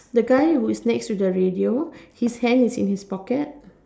the guy who is next to the radio his hand is in his pocket